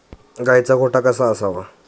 गाईचा गोठा कसा असावा?